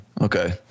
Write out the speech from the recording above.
okay